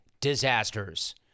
disasters